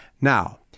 Now